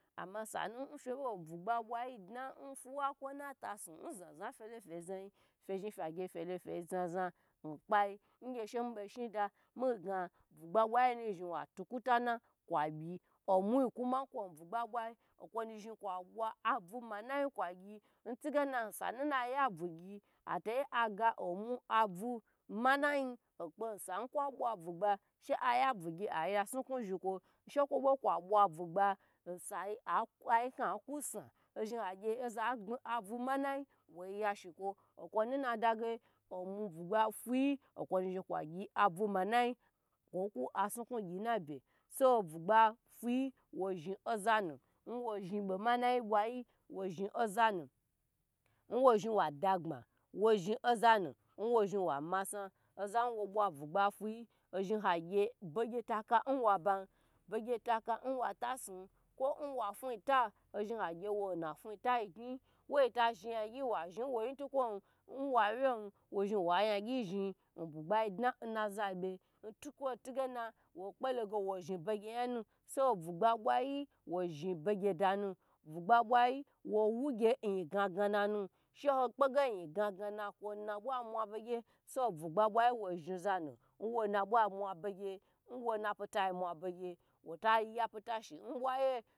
Ama sanu fe bo bugba bwayi dna na nza yi fe lo fe zayi fe zhi fe gye fulo fe za zayi nkpai shemi bo shida miga bugba bwa yi nu zhi watu ku tana kwa byi omu kwo bu gba bwayi n kwonu zhn kwa bwa abu managi kwa gyi intingena osal nu naya bugyi afaya aga omu abu manayi kpe sa kwa bwa budgba she ha ya bugya aya saku zhikwo she kwo be kwo bwa bugba ayinka ku za ozhi agye oza gbmi abu mana wo ya slikwo, kwonu nadage omu bugba fuyi kwo nu zhn kwonu zhn kwa gya bu mana kwo kw asuku gyinobe so bugba fuyi wo zhn ozana nwo zhn bomana zhoiyi, wo zhn oza nu owa zhn wa dagbma wo zhn ozanu owo zhi wa masna nhobwa bugba fuva ho zhn hagye bege takwaba begetaka nwatasn nwafui ta ozhn agye wo nna fuyi ta gyn wo ta zhn wo zhn yangyi owawen wai wa yagye zhn n bugbai tu nza be ntigene wo kpelo ge wo zhn bege yanu so bu gba bwa yi wo zhn begedanu bugba bwai wo wu gye yiga gananu shuho kpe yingagana na bwayi mwabege wo zhi zanu nwona bwa mwa begye wo na pita mwa bege haya pita shi n bwaye